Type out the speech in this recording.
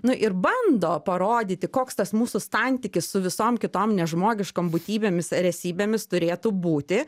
nu ir bando parodyti koks tas mūsų santykis su visom kitom nežmogiškom būtybėmis ar esybėmis turėtų būti